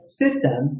system